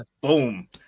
boom